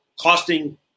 costing